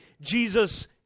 Jesus